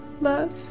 Love